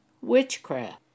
witchcraft